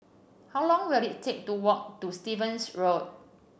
how long will it take to walk to Stevens Road